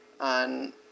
on